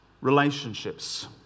relationships